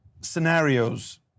scenarios